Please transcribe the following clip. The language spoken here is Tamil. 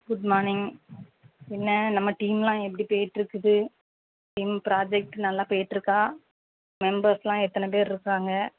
குட் மார்னிங் என்ன நம்ம டீம்லாம் எப்படி போயிட்ருக்குது டீம் ப்ராஜக்ட் நல்லா போயிட்ருக்கா மெம்பர்ஸுலாம் எத்தனை பேர் இருக்காங்க